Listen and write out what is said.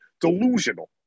delusional